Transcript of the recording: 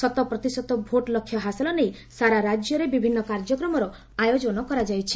ଶତ ପ୍ରତିଶତ ଭୋଟ୍ ଲକ୍ଷ୍ୟ ହାସଲ ନେଇ ସାରା ରାଜ୍ୟରେ ବିଭିନ୍ନ କାର୍ଯ୍ୟକ୍ରମର ଆୟୋଜନ କରାଯାଉଛି